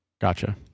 Gotcha